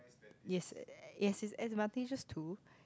yes yes there's advantages too